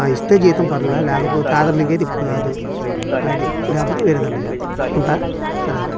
ఆ ఇస్తే జీతం పర్లేదు లేకపోతే ఆధార్ లింక్ అయితే ఇప్పుడు కాదు అది లేకపోతే వేరే దాంట్లో చేరుతూ ఉంటాను సరేరా